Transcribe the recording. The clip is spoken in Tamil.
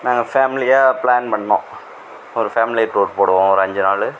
நாங்கள் ஃபேமிலியாக பிளான் பண்ணிணோம் ஒரு ஃபேமிலி டூர் போடுவோம் ஒரு அஞ்சு நாள்